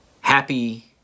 Happy